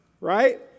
right